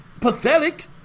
pathetic